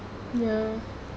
ya